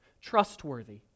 trustworthy